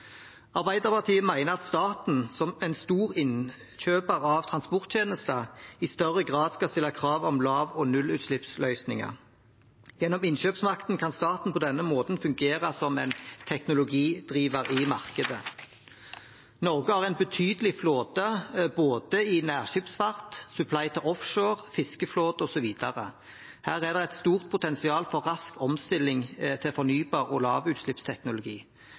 Arbeiderpartiet mener at staten, som en stor innkjøper av transporttjenester, i større grad skal stille krav om lav- og nullutslippsløsninger. Gjennom innkjøpsmakten kan staten på denne måten fungere som en teknologidriver i markedet. Norge har en betydelig flåte i både nærskipsfart, supply til offshore, fiskeflåte osv. Her er det et stort potensial for rask omstilling til fornybar- og lavutslippsteknologi.